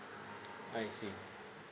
I see